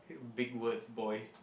big words boy